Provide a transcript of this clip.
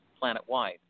planet-wide